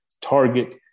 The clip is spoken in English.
target